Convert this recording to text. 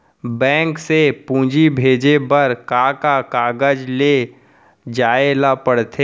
Bank से पूंजी भेजे बर का का कागज ले जाये ल पड़थे?